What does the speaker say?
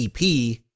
EP